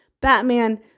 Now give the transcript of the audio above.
Batman